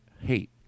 hate